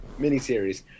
miniseries